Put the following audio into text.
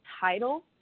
title